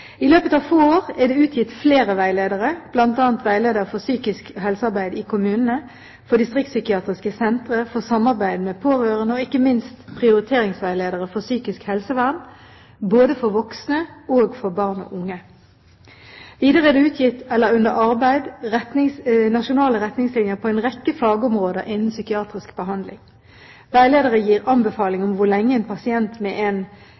I løpet av få år er det utgitt flere veiledere, bl.a. veileder for psykisk helsearbeid i kommunene, for distriktspsykiatriske sentre, for samarbeid med pårørende, og ikke minst prioriteringsveiledere for psykisk helsevern – både for voksne og for barn og unge. Videre er det utgitt eller under arbeid nasjonale retningslinjer på en rekke fagområder innen psykiatrisk behandling. Veilederne gir anbefaling om hvor lenge en pasient med en